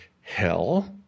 hell